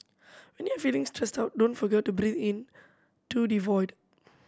when you are feeling stressed out don't forget to breathe into the void